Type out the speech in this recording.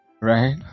right